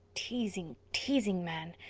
teasing, teasing, man!